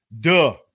Duh